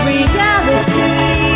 Reality